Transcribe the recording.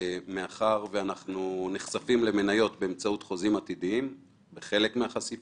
מאחר ואנחנו נחשפים למניות באמצעות חוזים עתידיים בחלק מהחשיפה.